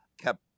kept